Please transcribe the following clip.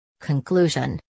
Conclusion